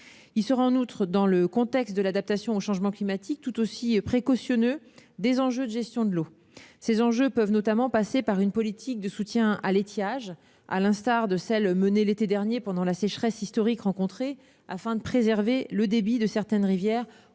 Il sera en outre, dans le contexte de l'adaptation au changement climatique, tout aussi précautionneux quant aux enjeux de gestion de l'eau. Ces enjeux peuvent notamment passer par une politique de soutien à l'étiage, à l'instar de celle qui a été menée l'été dernier pendant la sécheresse historique que nous avons connue, afin de préserver le débit de certaines rivières